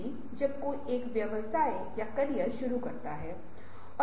तो हर कोई रचनात्मक हो सकता है हर कोई कुछ के लिए है हर कोई रचनात्मक है